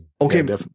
Okay